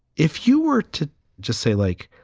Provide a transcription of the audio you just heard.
if you were to just say, like,